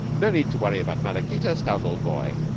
no need to worry about maraquita, stout old boy.